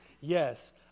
Yes